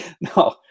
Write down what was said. No